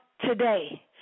today